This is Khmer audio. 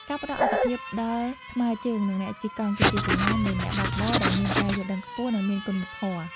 ការផ្ដល់អាទិភាពដល់ថ្មើរជើង និងអ្នកជិះកង់ គឺជាសញ្ញាណនៃអ្នកបើកបរដែលមានការយល់ដឹងខ្ពស់ និងមានគុណធម៌។